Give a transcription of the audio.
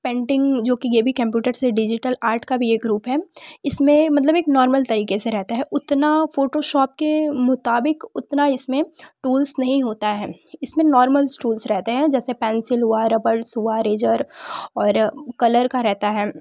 painting जो कि ये भी केंप्यूटर से डिजिटल आर्ट का भी ये ग्रुप है इसमें मतलब एक नॉर्मल तरीके से रहता है उतना फोटोशोप के मुताबिक उतना इसमें टूल्स नहीं होता है इसमें नॉर्मल टूल्स रहते हैं जैसे पेंसिल हुआ रबर्स हुआ रेजर और कलर का रहता है